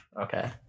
Okay